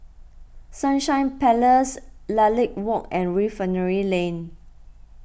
Sunshine Place Lilac Walk and Refinery Lane